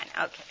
Okay